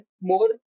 more